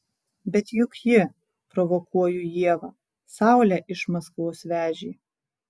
bet juk ji provokuoju ievą saulę iš maskvos vežė